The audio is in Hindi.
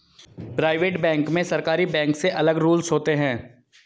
प्राइवेट बैंक में सरकारी बैंक से अलग रूल्स होते है